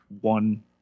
one